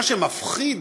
מה שמפחיד,